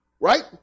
Right